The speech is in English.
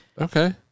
okay